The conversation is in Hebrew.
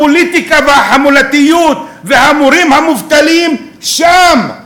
הפוליטיקה והחמולתיות והמורים המובטלים שם,